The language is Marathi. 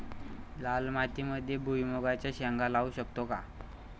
लाल मातीमध्ये भुईमुगाच्या शेंगा लावू शकतो का?